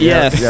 Yes